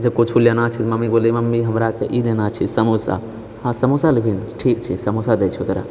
जब किछु लेना छै मम्मी बोलले मम्मी हमराके ई लेना छै समोसा हँ समोसा लेभि ठीक छै समोसा देइ छियौ तोड़ा